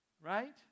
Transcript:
Right